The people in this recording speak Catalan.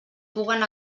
puguen